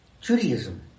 Judaism